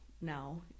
now